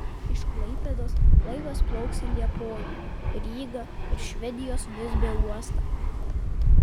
iš klaipėdos laivas plauks į liepoją rygą ir švedijos visbio uostą